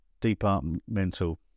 departmental